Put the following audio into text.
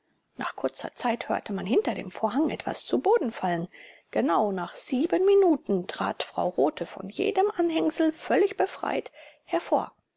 nach kurzer zeit hörte man hinter dem vorhang etwas zu boden fallen genau nach sieben minuten trat frau rothe von jedem anhängsel völlig befreit hervor